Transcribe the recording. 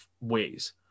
ways